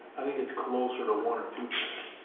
i think it's closer to one or two percent.